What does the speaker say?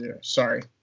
sorry